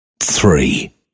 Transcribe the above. three